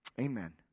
Amen